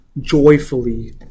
joyfully